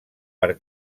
per